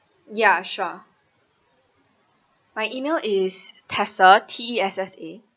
ya sure my E-mail is tessa T E S S A